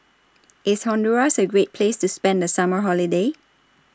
IS Honduras A Great Place to spend The Summer Holiday